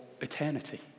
eternity